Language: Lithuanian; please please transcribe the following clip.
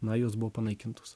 na jos buvo panaikintos